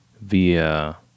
via